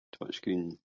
touchscreen